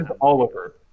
oliver